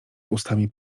ustami